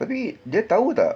tapi dia tahu tak